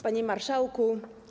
Panie Marszałku!